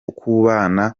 kubana